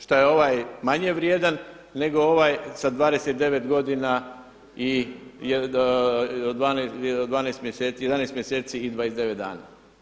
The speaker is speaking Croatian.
Što je ovaj manje vrijedan, nego ovaj sa 29 godina i 11 mjeseci i 29 dana?